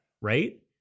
right